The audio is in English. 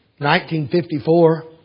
1954